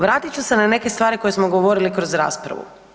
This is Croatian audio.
Vratit ću se na neke stvari koje smo govorili kroz raspravu.